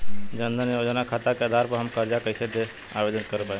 जन धन योजना खाता के आधार पर हम कर्जा कईसे आवेदन कर पाएम?